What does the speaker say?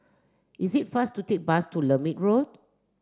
is it fast to take bus to Lermit Road